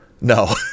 No